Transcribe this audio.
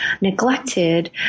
neglected